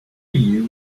you